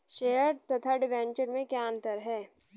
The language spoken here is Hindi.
शेयर तथा डिबेंचर में क्या अंतर है?